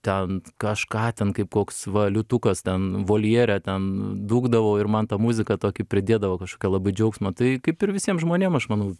ten kažką ten kaip koks va liūtukas ten voljere ten dūkdavau ir man ta muzika tokį pridėdavo kažkokio labai džiaugsmo tai kaip ir visiem žmonėm aš manau